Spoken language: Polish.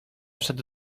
szedł